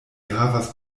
havas